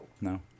No